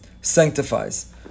sanctifies